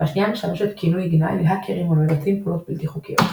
והשנייה משמשת כינוי גנאי להאקרים המבצעים פעולות בלתי חוקיות.